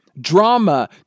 Drama